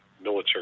military